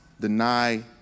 deny